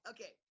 Okay